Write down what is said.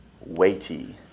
weighty